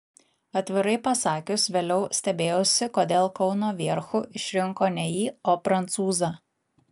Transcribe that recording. atvirai pasakius vėliau stebėjausi kodėl kauno vierchu išrinko ne jį o prancūzą